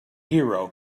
hero